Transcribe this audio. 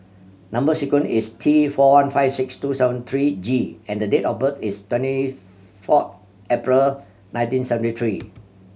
number sequence is T four one five six two seven three G and the date of birth is twenty four April nineteen seventy three